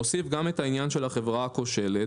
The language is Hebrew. נוסיף גם את העניין של החברה הכושלת,